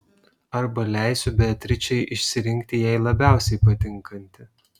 arba leisiu beatričei išsirinkti jai labiausiai patinkantį